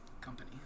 Company